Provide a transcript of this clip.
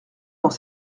dans